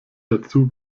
dazu